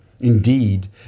Indeed